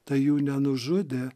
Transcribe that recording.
tai jų nenužudė